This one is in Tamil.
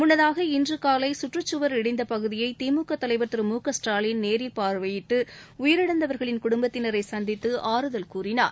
முன்னதாக இன்று காலை சுற்றுச்சுவர் இடிந்த பகுதியை திமுக தலைவர் திரு மு க ஸ்டாலின் நேரில் பார்வையிட்டு உயிரிழந்தவர்களின் குடும்பத்தினரை சந்தித்து ஆறுதல் கூறினார்